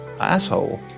asshole